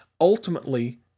Ultimately